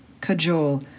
cajole